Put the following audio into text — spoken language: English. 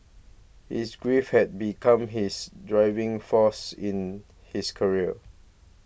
his grief had become his driving force in his career